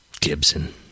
Gibson